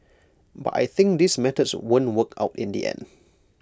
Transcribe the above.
but I think these methods won't work out in the end